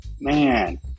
man